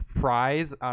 fries